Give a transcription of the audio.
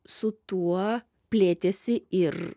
su tuo plėtėsi ir